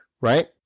right